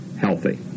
healthy